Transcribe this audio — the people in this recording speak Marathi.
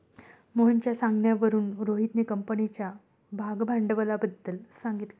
मोहनच्या सांगण्यावरून रोहितने कंपनीच्या भागभांडवलाबद्दल सांगितले